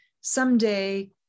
someday